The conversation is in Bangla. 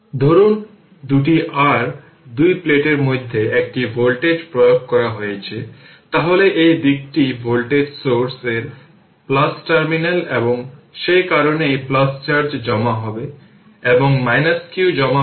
সুতরাং এটি হবে পাওয়ার 2 t 3 এখন ইন্ডাক্টর জুড়ে ভোল্টেজ হল v L di dt L যা 05 হেনরি এবং কারেন্টের ডেরিভেটিভ নেয় এটি di t dt